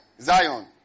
Zion